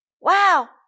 Wow